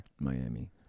Miami